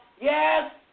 Yes